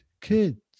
kids